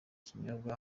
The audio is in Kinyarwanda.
kinyobwa